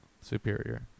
Superior